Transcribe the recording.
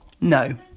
No